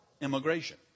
immigration